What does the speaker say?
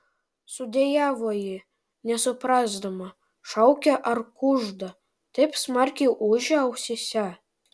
sudejavo ji nesuprasdama šaukia ar kužda taip smarkiai ūžė ausyse